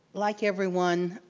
like everyone,